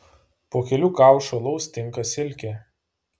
po kelių kaušų alaus tinka silkė